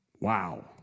Wow